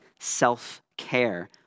self-care